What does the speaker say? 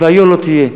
והיה לא תהיה.